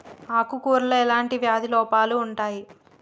ఆకు కూరలో ఎలాంటి వ్యాధి లోపాలు ఉంటాయి?